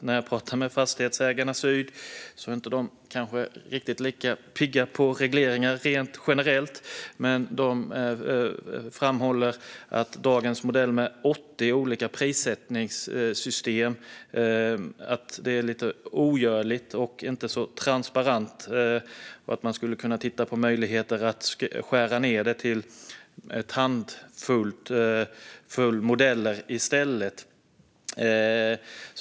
När jag pratar med fastighetsägarna är de kanske inte riktigt lika pigga på regleringar rent generellt, men de framhåller att dagens modell med 80 olika prissättningssystem är ogörligt och inte transparent och att man skulle kunna titta på möjligheter att skära ned det till en handfull modeller i stället.